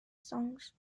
songs